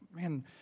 Man